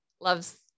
loves